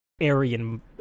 Aryan